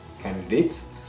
candidates